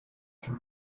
can